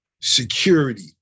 Security